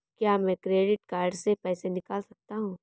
क्या मैं credit card से पैसे निकाल सकता हूँ?